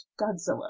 godzilla